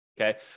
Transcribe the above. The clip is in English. Okay